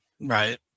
Right